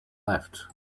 left